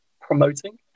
promoting